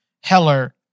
Heller